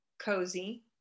Cozy